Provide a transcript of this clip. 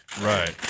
Right